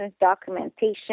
documentation